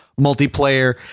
multiplayer